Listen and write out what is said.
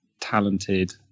talented